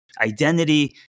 identity